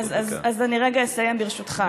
אז, ברשותך, אני אסיים רגע.